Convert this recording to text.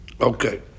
okay